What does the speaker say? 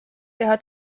teha